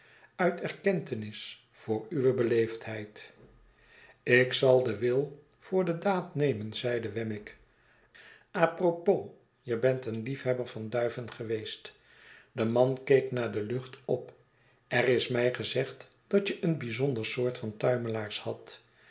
uit erkentenis voor uwe beleefdheid ik zal den wil voor de daad nemen zeide wemmick a propos je bent een liefhebber van duiven geweest de man keek naar de lucht op er is mij gezegd dat je een bijzonder soort van tuimelaars had